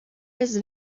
his